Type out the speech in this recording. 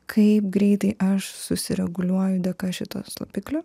kaip greitai aš susireguliuoju dėka šito slopiklio